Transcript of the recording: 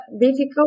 difficult